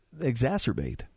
exacerbate